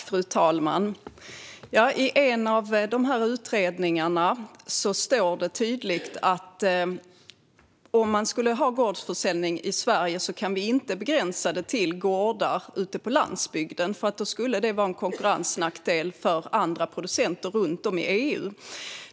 Fru talman! I en av utredningarna står tydligt att om vi skulle ha gårdsförsäljning i Sverige kan vi inte begränsa det till gårdar ute på landsbygden då detta skulle vara en konkurrensnackdel för andra producenter runt om i EU.